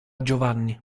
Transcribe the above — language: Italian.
giovanni